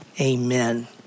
Amen